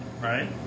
right